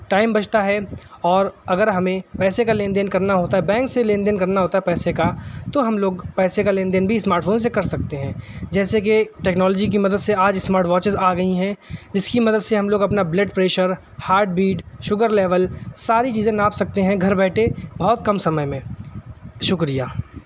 time بچتا ہے اور اگر ہمیں پیسے کا لین دین کرنا ہوتا ہے بینک سے لین دین کرنا ہوتا ہے پیسے کا تو ہم لوگ پیسے کا لین دین بھی اسماٹفون سے کر سکتے ہیں جیسے کہ ٹیکنالوجی کی مدد سے آج اسماٹ واچیز آ گئی ہیں جس کی مدد سے ہم لوگ اپنا blood pressure heartbeat sugar level ساری چیزیں ناپ سکتے ہیں گھر بیٹھے بہت کم سمئے میں شکریہ